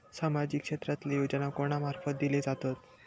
सामाजिक क्षेत्रांतले योजना कोणा मार्फत दिले जातत?